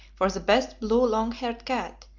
for the best long-haired cat,